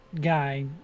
guy